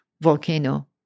volcano